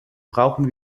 brauchen